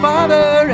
Father